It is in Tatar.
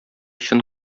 чын